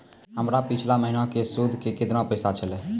हमर पिछला महीने के सुध के केतना पैसा भेलौ?